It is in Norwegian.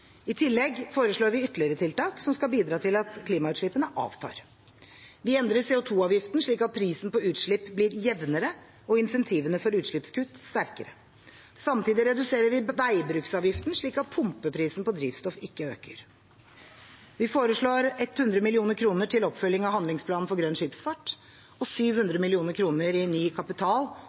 I tillegg foreslår vi ytterligere tiltak som skal bidra til at klimautslippene avtar. Vi endrer CO 2 -avgiften, slik at prisen på utslipp blir jevnere, og insentivene for utslippskutt sterkere. Samtidig reduserer vi veibruksavgiften, slik at pumpeprisen på drivstoff ikke øker. Vi foreslår 100 mill. kr til oppfølging av handlingsplanen for grønn skipsfart og 700 mill. kr i ny kapital